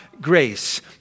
grace